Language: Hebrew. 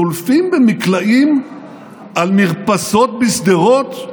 צולפים במקלעים על מרפסות בשדרות,